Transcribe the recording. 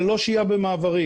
ללא שהייה במעברים.